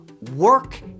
Work